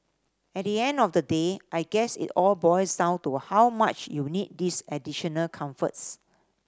at the end of the day I guess it all boils down to how much you need these additional comforts